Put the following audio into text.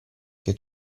che